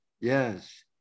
yes